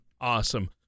Awesome